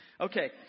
Okay